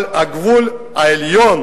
אבל הגבול העליון,